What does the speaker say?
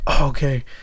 okay